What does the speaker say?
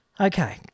Okay